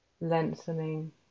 Lengthening